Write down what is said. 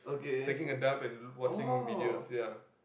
taking a dump and watching videos ya